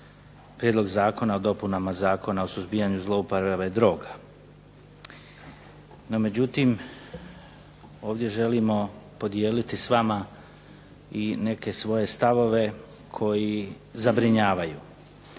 Prijedlog Zakona o dopunama Zakona o suzbijanju zlouporabe droga, no međutim ovdje želimo podijeliti s vama i neke svoje stavove koji zabrinjavaju.